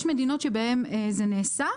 יש מדינות שבהן זה נעשה,